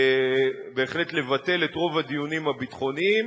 בהחלט לבטל את רוב הדיונים הביטחוניים